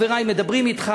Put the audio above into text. חברי מדברים אתך,